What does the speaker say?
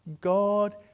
God